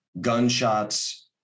gunshots